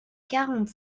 quarante